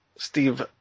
Steve